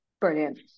Brilliant